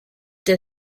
that